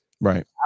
Right